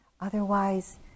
Otherwise